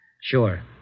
Sure